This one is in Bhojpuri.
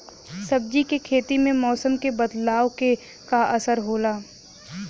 सब्जी के खेती में मौसम के बदलाव क का असर होला?